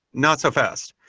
not so fast.